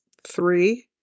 three